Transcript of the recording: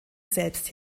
selbst